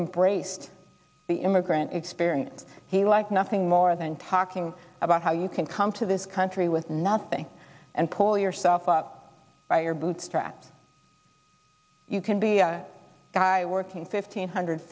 embraced the immigrant experience he like nothing more than talking about how you can come to this country with nothing and yourself up by your bootstraps you can be a guy working fifteen hundred